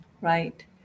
Right